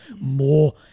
more